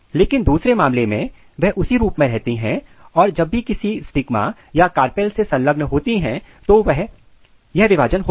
लेकिन दूसरे मामले में वह उसी रूप में रहती हैं और जब भी किसी स्टिग्मा या कार्पेल से संलग्न होती हैं तो यह विभाजन होता है